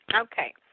Okay